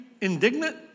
indignant